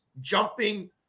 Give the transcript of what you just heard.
jumping